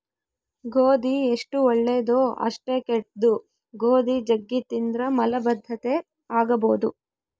ಗೋಧಿ ಎಷ್ಟು ಒಳ್ಳೆದೊ ಅಷ್ಟೇ ಕೆಟ್ದು, ಗೋಧಿ ಜಗ್ಗಿ ತಿಂದ್ರ ಮಲಬದ್ಧತೆ ಆಗಬೊದು